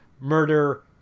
murder